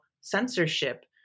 censorship